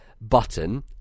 button